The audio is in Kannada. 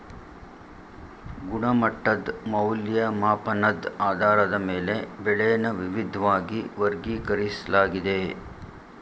ಗುಣಮಟ್ಟದ್ ಮೌಲ್ಯಮಾಪನದ್ ಆಧಾರದ ಮೇಲೆ ಬೆಳೆನ ವಿವಿದ್ವಾಗಿ ವರ್ಗೀಕರಿಸ್ಲಾಗಿದೆ